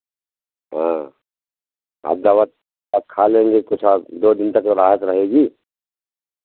हाँ हम दवा खा लेंगे कुछ दो दिन तक राहत रहेगी